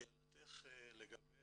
לשאלתך לגבי